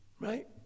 Right